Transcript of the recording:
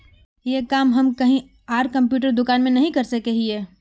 ये काम हम कहीं आर कंप्यूटर दुकान में नहीं कर सके हीये?